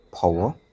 power